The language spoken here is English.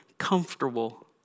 Comfortable